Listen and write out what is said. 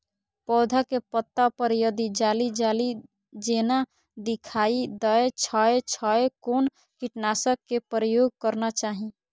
पोधा के पत्ता पर यदि जाली जाली जेना दिखाई दै छै छै कोन कीटनाशक के प्रयोग करना चाही?